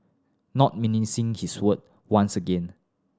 not mincing his word once again